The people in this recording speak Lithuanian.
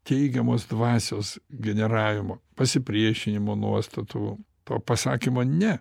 teigiamos dvasios generavimo pasipriešinimo nuostatų to pasakymo ne